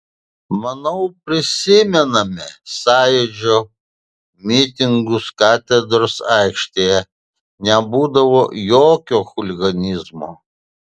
manau prisimename sąjūdžio mitingus katedros aikštėje nebūdavo jokio chuliganizmo